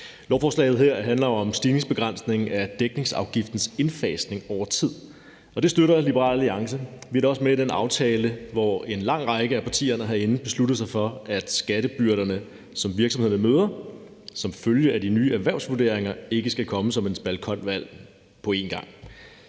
Lovforslaget her handler om stigningsbegrænsning af dækningsafgiftens indfasning over tid, og det støtter Liberal Alliance. Vi er da også med i den aftale, hvor en lang række af partierne herinde besluttede sig for, at skattebyrderne, som virksomhederne møder som følge af de nye erhvervsvurderinger, ikke skal komme som en spand koldt vand på én gang.